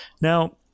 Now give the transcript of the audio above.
Now